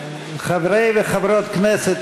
חברי וחברות כנסת,